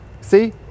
See